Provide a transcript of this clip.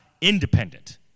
independent